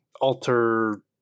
alter